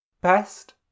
Best